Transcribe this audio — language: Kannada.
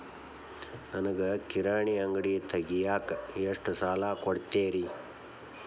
ನನಗ ಕಿರಾಣಿ ಅಂಗಡಿ ತಗಿಯಾಕ್ ಎಷ್ಟ ಸಾಲ ಕೊಡ್ತೇರಿ?